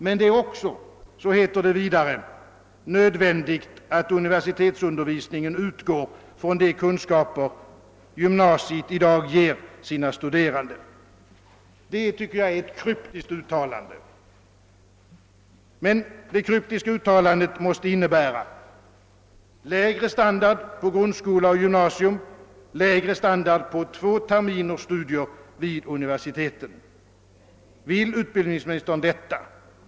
Men, heter det vidare, det är också nödvändigt att universitetsundervisningen utgår från de kunskaper som gymnasiet i dag ger sina studerande. Det tycker jag är ett kryptiskt uttalande, som måste innebära lägre standard på grundskola och gymnasium och lägre standard på två terminers studier vid universiteten. Vill utbildningsministern detta?